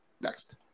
Next